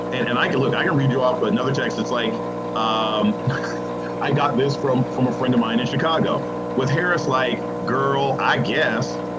and and i can look i can read you out but another text. it's like um i got this from from a friend of mine in chicago with harris. like girl, i guess,